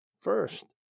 First